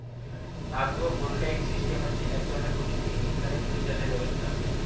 আগ্র voltaic system হচ্ছে এক ধরনের প্রযুক্তি বিজ্ঞানে তৈরী চাষের ব্যবস্থা